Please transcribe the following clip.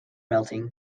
melting